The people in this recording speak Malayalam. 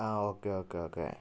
ആ ഓക്കെ ഓക്കെ ഓക്കെ